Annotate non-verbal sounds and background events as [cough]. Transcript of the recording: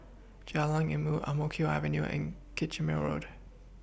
[noise] Jalan Ilmu Ang Mo Kio Avenue and Kitchener Road